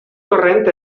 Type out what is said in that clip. corrent